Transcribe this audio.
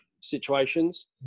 situations